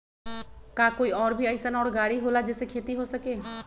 का कोई और भी अइसन और गाड़ी होला जे से खेती हो सके?